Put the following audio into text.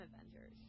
Avengers